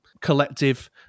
collective